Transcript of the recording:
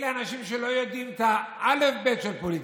אלה אנשים שלא יודעים את האלף-בית של פוליטיקה,